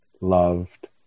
loved